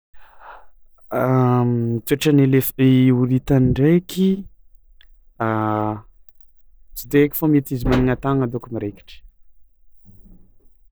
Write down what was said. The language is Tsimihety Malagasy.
Toetran'ny elef- horita ndraiky tsy de haiky fao mety izy managna tanagna daonko miraikitry.